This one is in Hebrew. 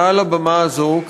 מעל הבמה הזאת,